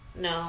no